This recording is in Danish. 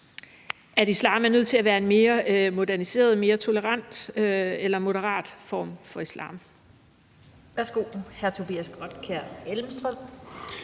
at det er nødt til at være en mere moderniseret, mere tolerant eller moderat form for islam.